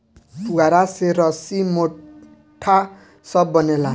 पुआरा से रसी, मोढ़ा सब बनेला